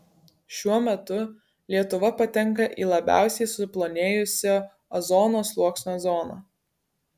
šiuo metu lietuva patenka į labiausiai suplonėjusio ozono sluoksnio zoną